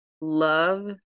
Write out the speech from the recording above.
love